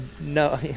no